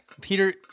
Peter